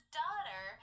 daughter